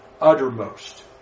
uttermost